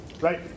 Right